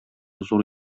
зур